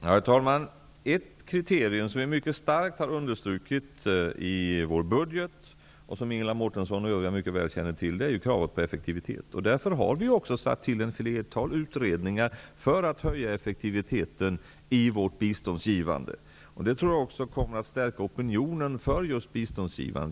Herr talman! Ett kriterium som jag har understrukit mycket i vår budget, och som Ingela Mårtensson mycket väl känner till, är kravet på effektivitet. Därför har vi tillsatt ett flertal utredningar vars mål är att höja effektiviteten i vårt biståndsgivande. Jag tror också att detta kommer att stärka opinionen för biståndsgivande.